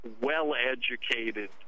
well-educated